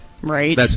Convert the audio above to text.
Right